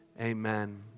Amen